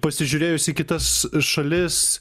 pasižiūrėjus į kitas šalis